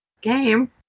Game